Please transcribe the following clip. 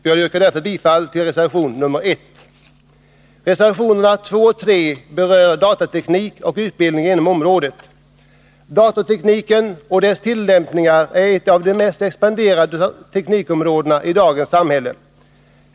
Jag yrkar därför bifall till reservation nr 1. Reservationerna 2 och 3 berör datateknik och utbildning inom detta område. Datortekniken och dess tillämpningar är ett av de mest expanderande teknikområdena i dagens samhälle.